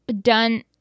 done